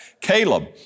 Caleb